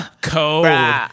code